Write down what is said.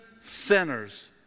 sinners